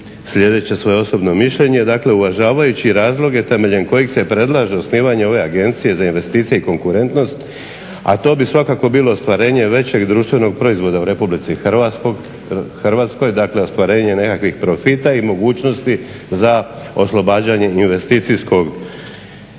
sljedeće svoje osobno mišljenje. Dakle uvažavajući razloge temeljem kojih se predlaže osnivanje ove Agencije za investicije i konkurentnost, a to bi svakako bilo ostvarenje većeg društvenog proizvoda u Republici Hrvatskoj, dakle ostvarenje nekakvih profita i mogućnosti za oslobađanje investicijskog zamaha